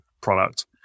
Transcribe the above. product